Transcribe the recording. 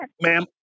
ma'am